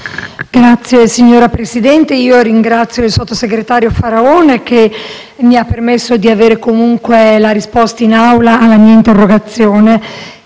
Signora Presidente, ringrazio il sottosegretario Faraone, che mi ha permesso di avere la risposta in Assemblea alla mia interrogazione.